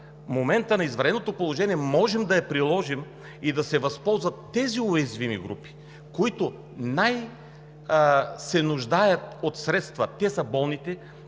момента на извънредното положение можем да я приложим и да се възползват тези уязвими групи, които най-много се нуждаят от средства – болните,